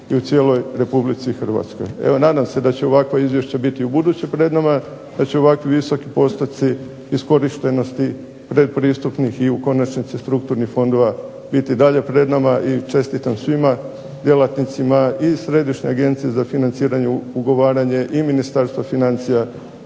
i u cijeloj RH. Evo, nadam se da će ovakvo izvješće biti i ubuduće pred nama, da će ovakvi visoki postoci iskorištenosti predpristupnih i u konačnici strukturnih fondova biti i dalje pred nama. I čestitam svima djelatnicima i Središnje agencije za financiranje, ugovaranje i Ministarstvu financija